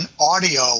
audio